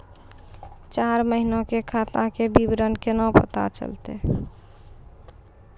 चार महिना के खाता के विवरण केना पता चलतै?